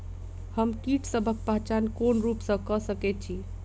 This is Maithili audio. हम कीटसबक पहचान कोन रूप सँ क सके छी?